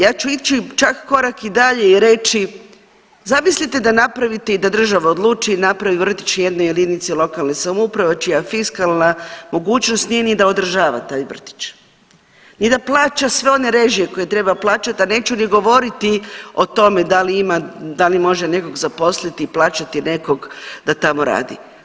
Ja ću ići čak i korak dalje i reći zamislite da napravite i da država odluči, napravi vrtić jednoj jedinici lokalne samouprave čija fiskalna mogućnost nije ni da održava taj vrtić, ni da plaća sve one režije koje treba plaćati, a neću govoriti o tome da li ima, da li može nekog zaposliti, plaćati nekog da tamo radi.